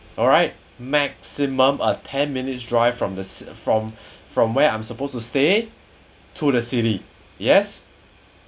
alright maximum uh ten minutes drive from the ci~ from from where I'm supposed to stay to the city yes